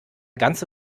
ganze